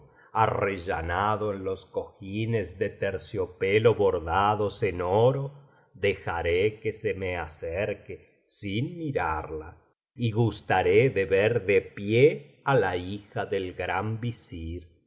arrellanado en los cojines de terciopelo bordados en oro dejaré que se me acerque sin mirarla y gustaré de ver de pie á la hija del gran visir